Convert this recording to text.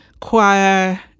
choir